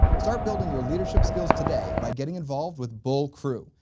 start building your leadership skills today by getting involved with bull crew.